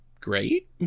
great